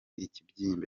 ikibyimba